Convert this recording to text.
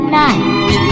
night